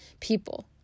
people